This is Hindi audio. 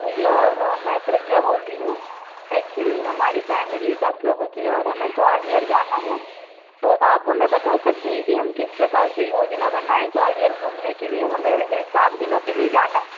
भइया मैं प्रज्ञा बोल रही हूँ एक्चुली हमारी फैमिली दस लोगों की है और हमें ग्वालियर जाना है तो आप हमें बता सकते हैं कि हम किस प्रकार से योजना बनाऍं ग्वालियर घूमने के लिए हमें सात दिनों के लिए जाना है